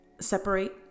separate